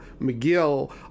McGill